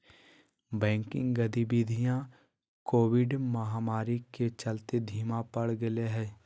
banking गतिवीधियां Covid महामारी के चलते धीमा पड़ गेले हें